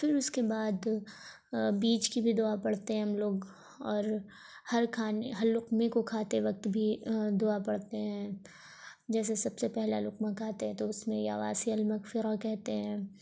پھر اس کے بعد بیچ کی بھی دعا پڑھتے ہیں ہم لوگ اور ہر کھانے ہر لقمہ کو کھاتے وقت بھی دعا پڑھتے ہیں جیسے سب سے پہلا لقمہ کھاتے ہیں تو اس میں یا واسع المغفرہ کہتے ہیں